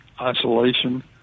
isolation